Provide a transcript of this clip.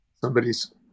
somebody's